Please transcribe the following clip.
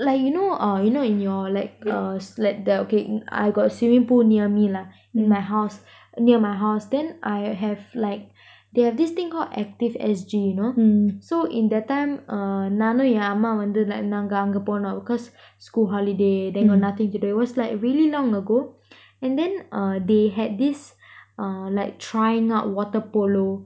like you know uh you know in your like uh s~ like the~ okay I got swimming pool near me lah in my house near my house then I have like they have this thing called ActiveSG you know so in that time uh நானும் ஏன் அம்மா வந்து:naanum yean amma vanthu like நாங்க அங்க போனோம்:naanga anga ponom cause school holiday then got nothing to do it was like really long ago and then uh they had this uh like trying out water polo